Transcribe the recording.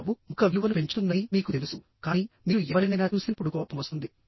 నవ్వు ముఖ విలువను పెంచుతుందని మీకు తెలుసు కానీ మీరు ఎవరినైనా చూసినప్పుడు కోపం వస్తుంది